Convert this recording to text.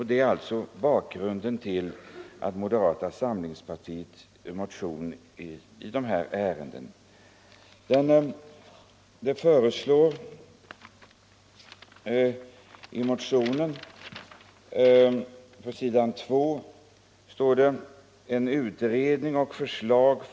Det är bakgrunden till moderata samlingspartiets motion i det här ärendet, nr 1934.